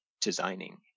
designing